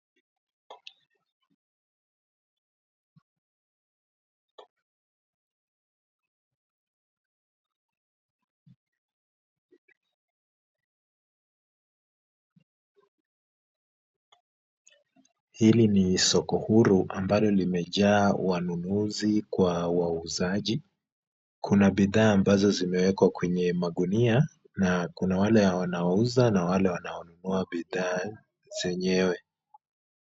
Hili ni soko huru ambalo limejaa wanunuzi kwa wauzaji. Kuna bidhaa ambazo zimewekwa kwenye magunia, na kuna wale wanaouza na wanaonunua bidhaa zenyewe.